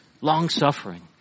long-suffering